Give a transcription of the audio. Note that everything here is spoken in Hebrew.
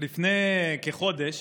לפני כחודש